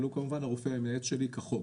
אבל הוא כמובן הרופא המייעץ שלי כחוק,